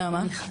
נעמה?